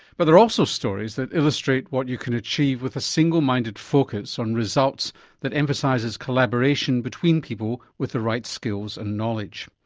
but there are also stories that illustrate what you can achieve with a single-minded focus on results that emphasises collaboration between people with the right skills and knowledge.